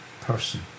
person